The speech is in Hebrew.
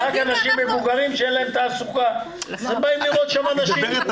פרט אולי לאנשים מבוגרים שאין להם תעסוקה ובאים לראות שם אנשים.